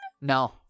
No